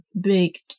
baked